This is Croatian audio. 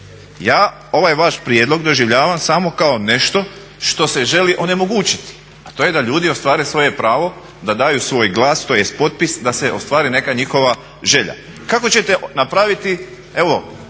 Ja ovaj vaš prijedlog doživljavam samo kao nešto što se želi onemogućiti, a to je da ljudi ostvare svoje pravo, da daju svoj glas tj. potpis da se ostvari neka njihova želja. Kako ćete napraviti, evo